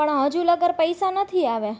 પણ હજુ લગર પૈસા નથી આવ્યા